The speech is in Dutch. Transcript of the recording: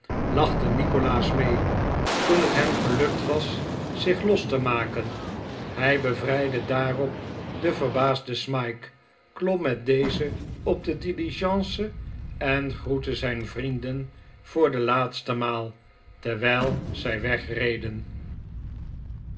lachte nikolaas mee toen het hem gelukt was zich los te maken hij bevrijdde daarop den verbaasden smike klom met dezen op de diligence en groette zijn vrienden voor het laatst terwijl zij wegreden